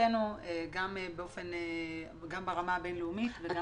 מבחינתנו גם ברמה הבין-לאומית.